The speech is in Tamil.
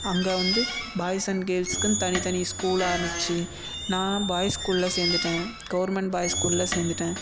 அங்கே வந்து பாய்ஸ் அண்ட் கேர்ள்ஸுக்குன்னு தனித் தனி ஸ்கூலாக இருந்துச்சு நான் பாய்ஸ் ஸ்கூலில் சேர்ந்துட்டேன் கவர்மெண்ட் பாய்ஸ் ஸ்கூலில் சேர்ந்துட்டேன்